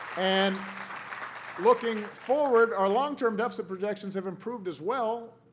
and looking forward, our long-term deficit projections have improved as well,